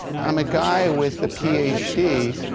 i'm a guy with a ph d.